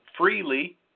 freely